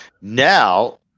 Now